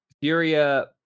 Furia